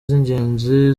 z’ingenzi